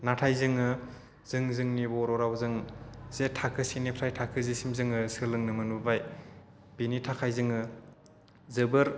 नाथाय जोङो जों जोंनि बर' रावजों जे थाखो से निफ्राय थाखो जि सिम जोङो सोलोंनो मोनबोबाय बेनि थाखाय जोङो जोबोर